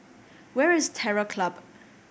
where is Terror Club